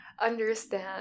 understand